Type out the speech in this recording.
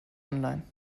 online